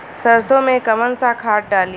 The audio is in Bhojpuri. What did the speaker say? सरसो में कवन सा खाद डाली?